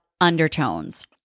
undertones